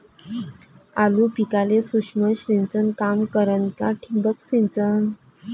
आलू पिकाले सूक्ष्म सिंचन काम करन का ठिबक सिंचन?